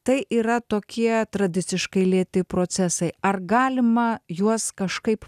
tai yra tokie tradiciškai lėti procesai ar galima juos kažkaip